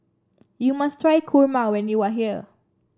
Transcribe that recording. you must try Kurma when you are here